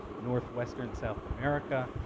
northwestern south america,